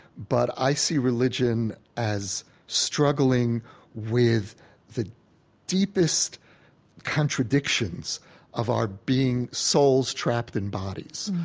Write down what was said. but i see religion as struggling with the deepest contradictions of our being souls trapped in bodies,